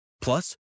Plus